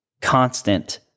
constant